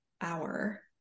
hour